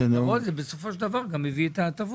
ההגדרות זה בסופו של דבר גם מביא את ההטבות.